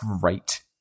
great